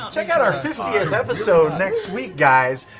um check out our fiftieth episode next week, guys,